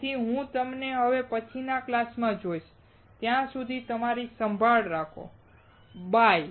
તેથી હું તમને હવે પછીના ક્લાસમાં જોઈશ ત્યાં સુધી તમે તમારી સંભાળ રાખો બાય